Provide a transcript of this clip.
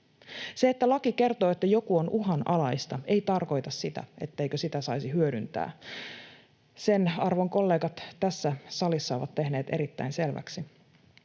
Se, että laki kertoo, että jokin on uhanalaista, ei tarkoita sitä, etteikö tätä saisi hyödyntää. Sen arvon kollegat tässä salissa ovat tehneet erittäin selväksi.